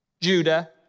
Judah